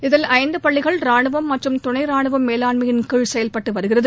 இதில் ஐந்து பள்ளிகள் ரானுவம் மற்றும் துணை ரானுவம் மேலாண்மயின் கீழ் செயல்பட்டு வருகிறது